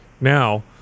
now